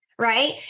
Right